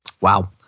Wow